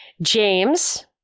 James